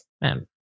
Man